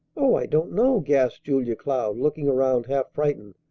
oh, i don't know! gasped julia cloud, looking around half frightened.